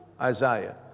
Isaiah